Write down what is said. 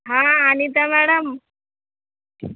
हां अनिता मॅडम